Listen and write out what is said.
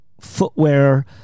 footwear